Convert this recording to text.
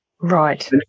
Right